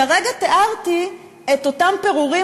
כרגע תיארתי את אותם פירורים,